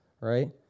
right